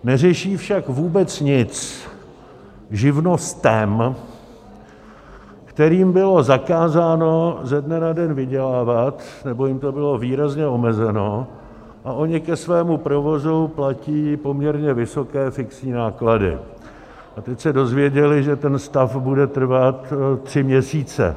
Neřeší však vůbec nic živnostem, kterým bylo zakázáno ze dne na den vydělávat, nebo jim to bylo výrazně omezeno, a ony ke svému provozu platí poměrně vysoké fixní náklady a teď se dozvěděly, že ten stav bude trvat tři měsíce.